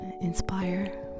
inspire